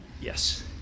Yes